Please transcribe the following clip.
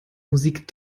musik